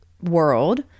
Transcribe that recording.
world